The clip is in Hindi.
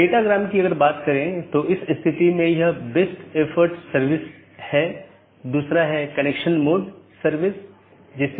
इसलिए जब ऐसी स्थिति का पता चलता है तो अधिसूचना संदेश पड़ोसी को भेज दिया जाता है